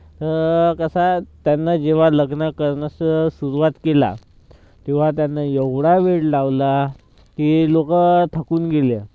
तर कसं आहे त्यांना जेव्हा लग्न करणसं सुरुवात केला किंवा त्यांना एवढा वेड लावला की लोकं थकून गेले